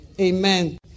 Amen